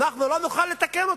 ואנחנו לא נוכל לתקן אותו.